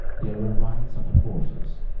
there were vines on the porches,